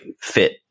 fit